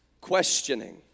questioning